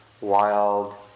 wild